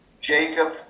Jacob